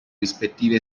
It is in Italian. rispettive